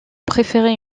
préférer